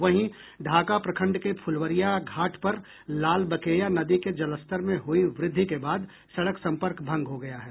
वहीं ढाका प्रखंड के फ़लवरिया घाट पर लालबकेया नदी के जलस्तर में हुई वृद्धि के बाद सड़क संपर्क भंग हो गया है